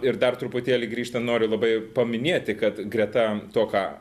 ir dar truputėlį grįžtan noriu labai paminėti kad greta to ką